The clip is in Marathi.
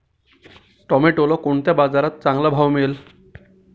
टोमॅटोला कोणत्या बाजारात चांगला भाव मिळेल?